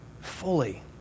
fully